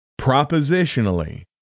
propositionally